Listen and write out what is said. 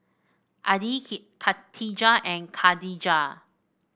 Adi Katijah and Khadija